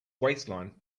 waistline